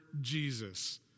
Jesus